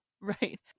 Right